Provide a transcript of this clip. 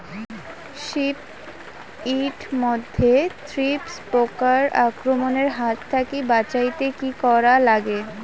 শিম এট মধ্যে থ্রিপ্স পোকার আক্রমণের হাত থাকি বাঁচাইতে কি করা লাগে?